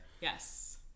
Yes